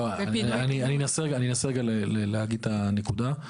לא, אני אנסה רגע להגיד את הנקודה.